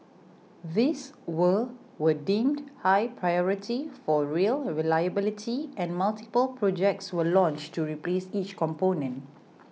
these were were deemed high priority for rail reliability and multiple projects were launched to replace each component